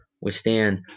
withstand